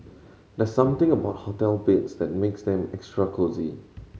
there's something about hotel beds that makes them extra cosy